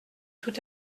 tout